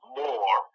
more